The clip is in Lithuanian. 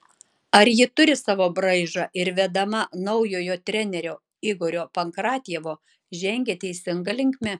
ar ji turi savo braižą ir vedama naujojo trenerio igorio pankratjevo žengia teisinga linkme